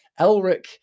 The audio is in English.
Elric